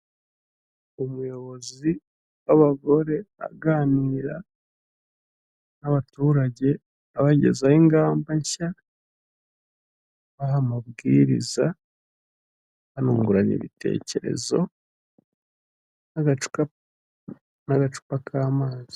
Umuyobozi w'abagore aganira n'abaturage abagezaho ingamba nshya, abaha amabwiriza, banungurana ibitekerezo n'agacupa k'amazi.